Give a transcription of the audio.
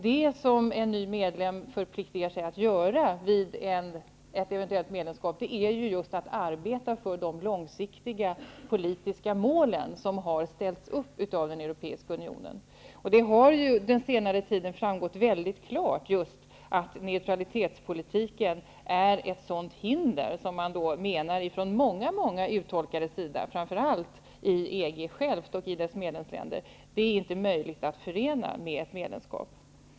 Det som en ny medlem förpliktigar sig att göra vid ett eventuellt medlemskap är just att arbeta för de långsiktiga politiska mål som har ställts upp av den europeiska unionen. Det har under senare tid framgått mycket klart att just neutralitetspolitiken är ett hinder. Det menar många uttolkare, framför allt inom EG länderna. Man anser att neutraliteten inte är möjlig att förena med ett medlemskap.